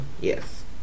Yes